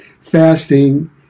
fasting